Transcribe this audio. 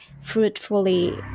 fruitfully